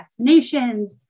vaccinations